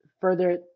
further